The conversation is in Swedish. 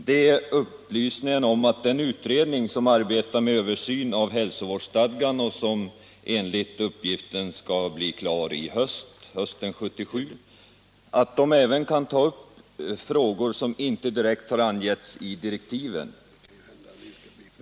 Det är upplysningen om att den utredning som arbetar med översyn av hälsovårdsstadgan och som enligt uppgift skall bli klar hösten 1977, även kan ta upp frågor som inte direkt har angetts i direktiven.